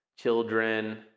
children